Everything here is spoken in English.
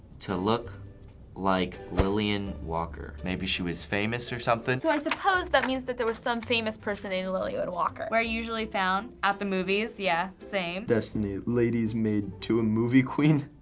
to look like lillian walker. maybe she was famous or something. so, i suppose that means that there was some famous person named and lillian walker. where usually found, at the movies. yeah, same. destiny, ladies maid to a movie queen.